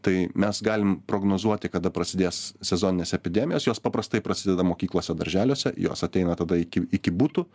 tai mes galim prognozuoti kada prasidės sezoninės epidemijos jos paprastai prasideda mokyklose darželiuose jos ateina tada iki iki butų